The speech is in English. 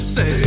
Say